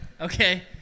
okay